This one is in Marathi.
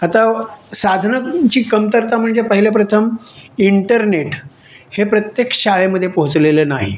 आता साधनांची कमतरता म्हणजे पहिल्या प्रथम इंटरनेट हे प्रत्येक शाळेमध्ये पोहोचलेले नाही